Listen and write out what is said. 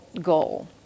goal